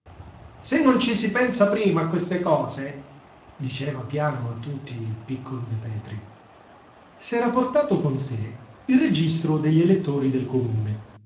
se non ci si pensa prima a queste cose diceva piano a tutti il piccolo de petri s'era portato con sé il registro degli elettori del comune